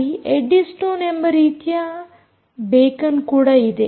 ಅಲ್ಲಿ Eddystone ಎಂಬ ರೀತಿಯ ಬೇಕನ್ ಕೂಡ ಇದೆ